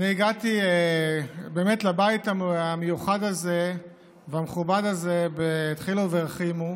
אני הגעתי לבית המיוחד הזה והמכובד הזה בדחילו ורחימו,